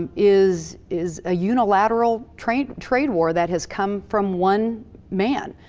um is is a unilateral trade trade war that has come from one man.